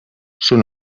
són